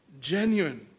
genuine